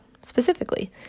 specifically